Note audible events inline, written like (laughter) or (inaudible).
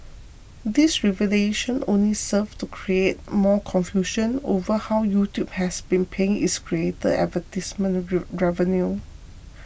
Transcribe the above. this revelation only served to create more confusion over how YouTube has been paying its creators advertisement (unintelligible) revenue